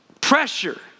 pressure